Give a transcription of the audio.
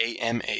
AMA